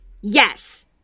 Yes